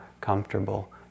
comfortable